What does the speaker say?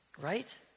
right